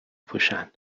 پوشن